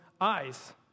eyes